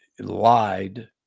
lied